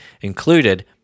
included